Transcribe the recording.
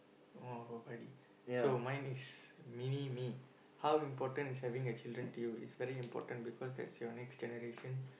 !wah! so mine is mini-me how important is having a children deal is very important because that is your next generation